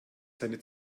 seine